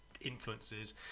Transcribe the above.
influences